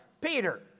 Peter